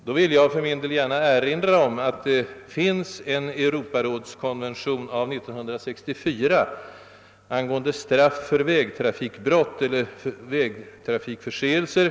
Då vill jag för min del gärna erinra om att det finns en Europarådskonvention av 1964 angående straff för vägtrafikbrott eller vägtrafikförseelser.